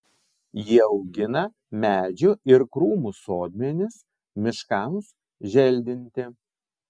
jie augina medžių ir krūmų sodmenis miškams želdinti